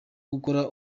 gukora